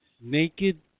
naked